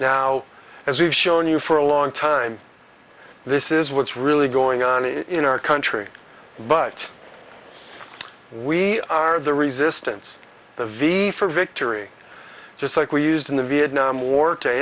we've shown you for a long time this is what's really going on in our country but we are the resistance the v for victory just like we used in the vietnam war to